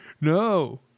No